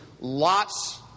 lots